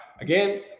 Again